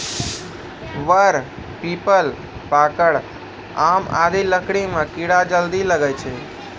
वर, पीपल, पाकड़, आम आदि लकड़ी म कीड़ा जल्दी लागै छै